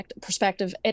perspective